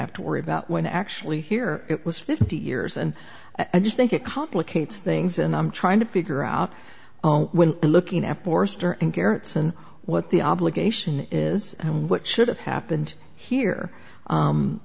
have to worry about when actually here it was fifty years and i just think it complicates things and i'm trying to figure out when looking at forster and gerritsen what the obligation is and what should have happened here